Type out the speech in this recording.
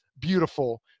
beautiful